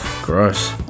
gross